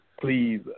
please